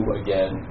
again